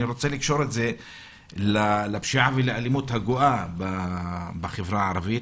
אני רוצה לקשור את זה לפשיעה ולאלימות הגואה בחברה הערבית.